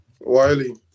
Wiley